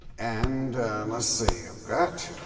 and let's see, i've got